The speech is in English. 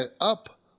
up